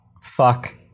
Fuck